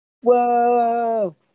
Whoa